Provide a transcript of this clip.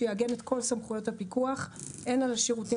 שיעגן את כל סמכויות הפיקוח הן על השירותים